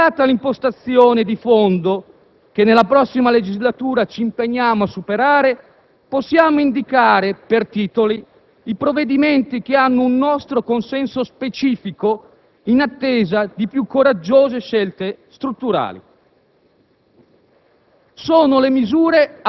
Ma, tant'è, criticata l'impostazione di fondo che nella prossima legislatura ci impegniamo a superare, possiamo indicare per titoli i provvedimenti che hanno un nostro consenso specifico in attesa di più coraggiose scelte strutturali.